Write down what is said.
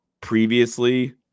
previously